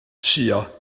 suo